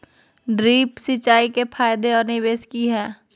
Drip सिंचाई के फायदे और निवेस कि हैय?